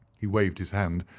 he waved his hand,